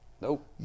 Nope